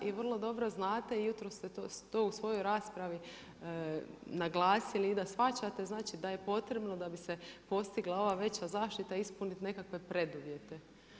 I vrlo dobro znate i jutros ste to u svojoj raspravi naglasili i da shvaćate znači da je potrebno da bi se postigla ova veća zaštita ispuniti nekakve preduvjete.